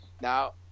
now